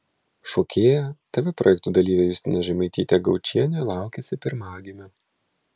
šokėja tv projektų dalyvė justina žemaitytė gaučienė laukiasi pirmagimio